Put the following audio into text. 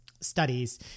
studies